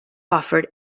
offered